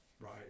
right